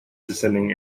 descending